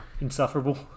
insufferable